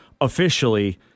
officially